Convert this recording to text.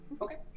Okay